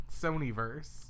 Sony-verse